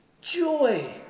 joy